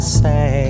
say